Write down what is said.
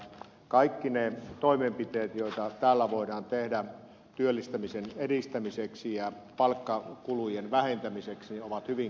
kaikki ne toimenpiteet joita täällä voidaan tehdä työllistämisen edistämiseksi ja palkkakulujen vähentämiseksi ovat hyvin kannatettavia